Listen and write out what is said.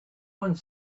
one